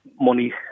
money